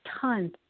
tons